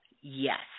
yes